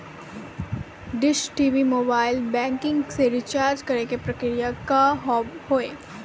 Dish TV mobile banking से recharge करे के प्रक्रिया का हाव हई?